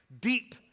deep